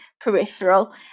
peripheral